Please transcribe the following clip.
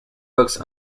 books